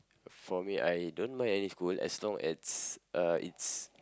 for me I don't mind any school as long as it's